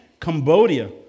Cambodia